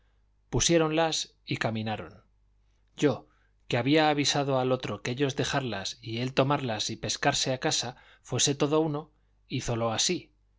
casa pusiéronlas y caminaron yo que había avisado al otro que ellos dejarlas y él tomarlas y pescarse a casa fuese todo uno hízolo así